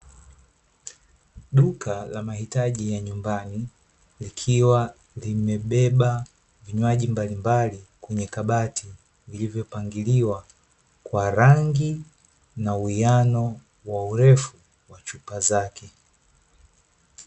Duka la mahitaji ya nyumbani likiwa limebeba vinywa mbalimbali kwenye kabati vilivyopangiliwa kwa rangi na uwiano wa urefu wa chupa zake .